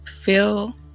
feel